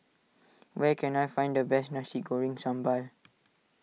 where can I find the best Nasi Goreng Sambal